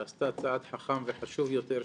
ועשתה צעד חכם וחשוב יותר,